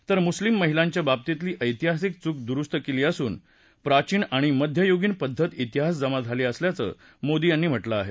तर मुस्लीम महिलांच्या बाबतीतली ऐतिहासिक चुक दुरुस्त केली असून प्राचीन आणि मध्ययुगीन पद्धत तिहासजमा केली असल्याचं मोदी यांनी म्हटलं आहे